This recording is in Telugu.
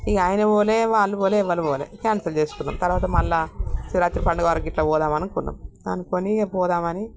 ఇంక ఆయిన పోలే వాళ్ళు పోలే ఎవళ్ళు పోలే క్యాన్సిల్ చేసుకున్నాం తర్వాత మళ్ళీ శివ రాత్రి పండుగ ఆడ కిిట్లా పోదామా అనుకున్నాం అనుకుని ఇక పోదామని